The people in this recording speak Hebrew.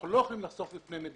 אנחנו לא יכולים לחשוף בפניהם מידע.